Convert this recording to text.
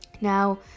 Now